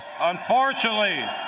Unfortunately